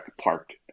parked